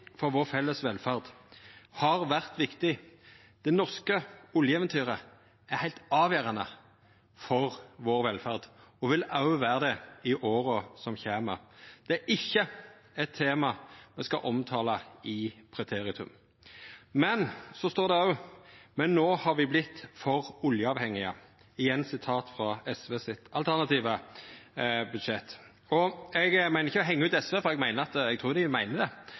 for vår felles velferd» – har vært viktig. Det norske oljeeventyret er heilt avgjerande for velferda vår og vil òg vera det i åra som kjem. Det er ikkje eit tema me skal omtala i preteritum. Det står òg: «men nå har vi blitt for oljeavhengige» – igjen eit sitat frå SVs alternative budsjett. Eg meiner ikkje å hengja ut SV, for eg trur dei meiner det, men både SV og Miljøpartiet Dei